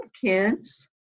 kids